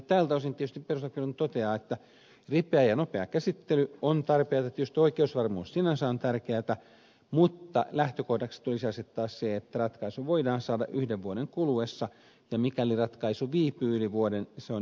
tältä osin tietysti perustuslakivaliokunta toteaa että ripeä ja nopea käsittely on tarpeen ja tietysti oikeusvarmuus sinänsä on tärkeätä mutta lähtökohdaksi tulisi asettaa se että ratkaisu voidaan saada yhden vuoden kuluessa ja mikäli ratkaisu viipyy yli vuoden se on epätyydyttävä asiaintila